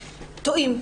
טועים.